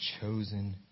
chosen